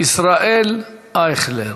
ישראל אייכלר.